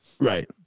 Right